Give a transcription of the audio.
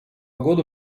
года